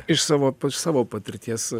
iš savo pa iš savo patirties